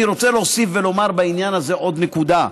אני רוצה להוסיף ולומר בעניין הזה עוד נקודה.